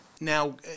Now